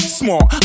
smart